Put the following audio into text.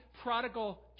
prodigal